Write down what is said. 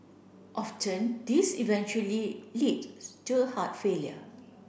often this eventually leads to heart failure